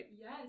Yes